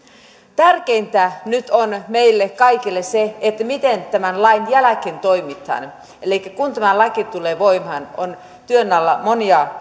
tärkeintä nyt on meille kaikille se miten tämän lain jälkeen toimitaan elikkä kun tämä laki tulee voimaan on työn alla monia